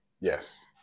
Yes